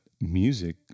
music